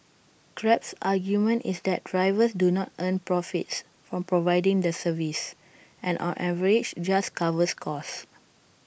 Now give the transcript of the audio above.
grab's argument is that drivers do not earn profits from providing the service and on average just covers costs